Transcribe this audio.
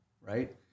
right